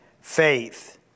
faith